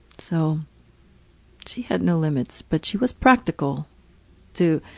so she had no limits. but she was practical too.